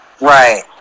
right